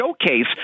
showcase